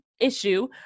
issue